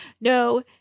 No